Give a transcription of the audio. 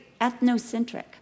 ethnocentric